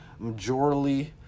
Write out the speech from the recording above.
majorly